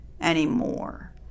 anymore